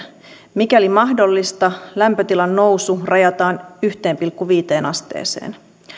mikäli mahdollista lämpötilan nousu rajataan yhteen pilkku viiteen asteeseen